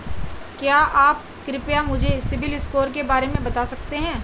क्या आप कृपया मुझे सिबिल स्कोर के बारे में बता सकते हैं?